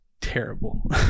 terrible